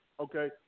Okay